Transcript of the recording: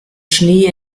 schnee